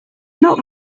not